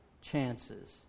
chances